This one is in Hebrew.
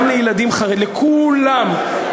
גם לילדים חרדים, לכו-לם.